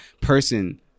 person